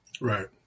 Right